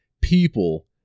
people